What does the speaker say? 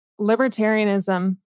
libertarianism